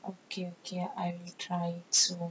okay okay I will try soon